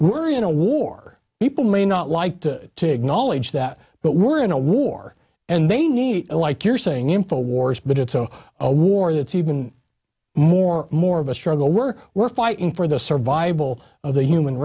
we're in a war people may not like to take knowledge that but we're in a war and they need like you're saying in four wars but it's oh a war that's even more more of a struggle we're we're fighting for the survival of the human